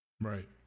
Right